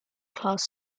class